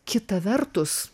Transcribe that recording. kita vertus